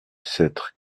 sept